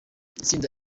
itsinda